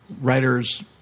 writer's